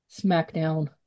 SmackDown